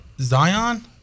zion